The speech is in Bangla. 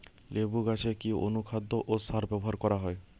লেবু গাছে কি অনুখাদ্য ও সার ব্যবহার করা হয়?